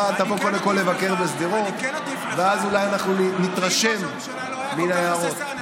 אתה תבוא קודם כול לבקר בשדרות ואז אולי אנחנו נתרשם מן ההערות.